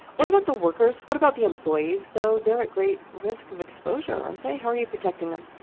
what about the workers? what about the employees, though? they're at great risk of exposure, aren't they? how are you protecting them?